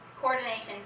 coordination